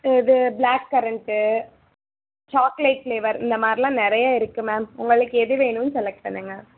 இது black currant chocolate flavour இந்தமாதிரிலாம் நிறையா இருக்கு மேம் உங்களுக்கு எது வேணுன்னு செலக்ட் பண்ணுங்கள்